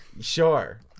Sure